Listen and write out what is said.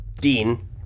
Dean